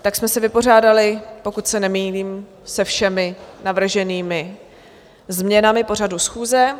Tak jsme se vypořádali, pokud se nemýlím, se všemi navrženými změnami pořadu schůze.